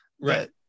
Right